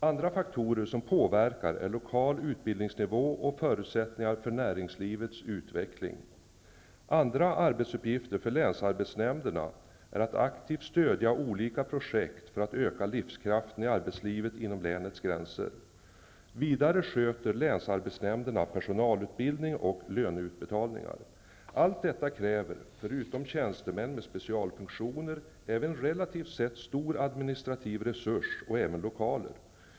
Andra faktorer som påverkar är lokal utbildningsnivå och förutsättningar för näringslivets utveckling. Andra arbetsuppgifter för länsarbetsnämnderna är att aktivt stödja olika projekt för att öka livskraften i arbetslivet inom länets gränser. Vidare sköter länsarbetsnämnderna personalutbildning och löneutbetalningar. Allt detta kräver, förutom tjänstemän med specialfunktioner, en relativt sett stor administrativ resurs, och även lokaler.